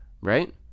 Right